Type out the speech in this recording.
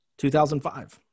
2005